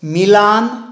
Milan